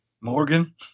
Morgan